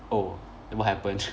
oh then what happened